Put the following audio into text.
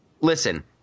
Listen